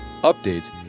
updates